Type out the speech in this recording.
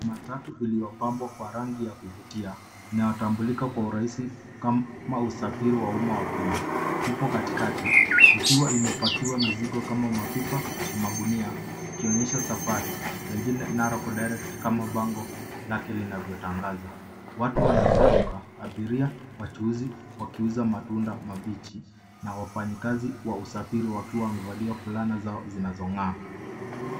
Matatu iliopambwa kwa rangi ya kuvutia na huu kutambulika kwa urahisi kama usafiri wa umma wa Kenya ipo katikati likiwa imepakiwa mzigo kama mapipa na magunia ikionyesha safari pengine Narok Direct kama bango lake linavyo tangaza. Watu wanazunguka abiria, wachuuzi wakiuza matunda mabichi na wafanyakazi wa usafiri wakiwa wamevalia fulana zao zinazong'aa.